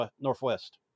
Northwest